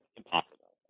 impossible